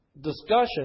discussion